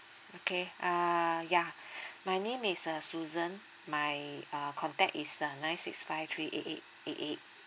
okay uh yeah my name is uh susan my uh contact is uh nine six five three eight eight eight eight